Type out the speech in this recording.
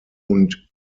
und